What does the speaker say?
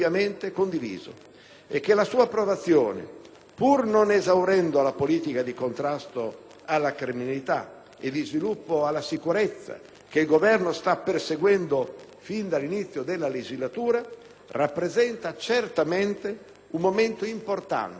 pur non esaurendo la politica di contrasto alla criminalità e di sviluppo della sicurezza che il Governo sta perseguendo fin dall'inizio della legislatura, rappresenti certamente un momento importante per il ripristino nella società italiana